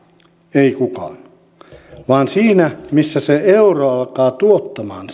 ei kukaan vaan sinne sijoitetaan missä se euro alkaa tuottamaan